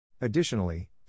Additionally